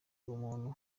umuntu